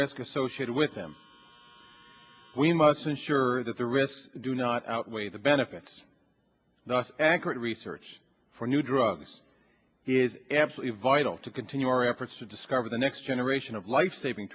risk associated with them we must ensure that the risks do not outweigh the benefits thus accurate research for new drugs is absolutely vital to continue our efforts to discover the next generation of life saving